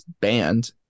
banned